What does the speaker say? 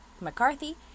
McCarthy